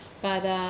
but uh